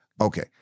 okay